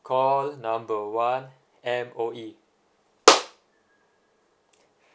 call number one M_O_E